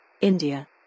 india